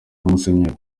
musenyeri